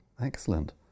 Excellent